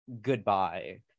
goodbye